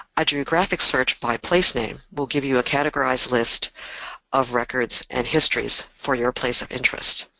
a geographic search by place name will give you a categorized list of records and histories for your place of interest.